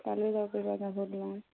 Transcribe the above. তালেও যাব পাৰিবা গাভৰু দলঙত